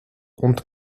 und